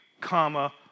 comma